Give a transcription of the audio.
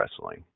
wrestling